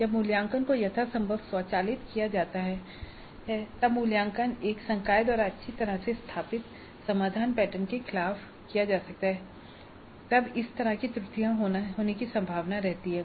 जब मूल्यांकन को यथासंभव स्वचालित किया जा सकता है या जब मूल्यांकन एक संकाय द्वारा अच्छी तरह से स्थापित समाधान पैटर्न के खिलाफ किया जाता है तब इस तरह की त्रुटियों होने की संभावना रहती है